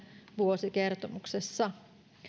vuosikertomuksessa